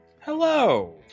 Hello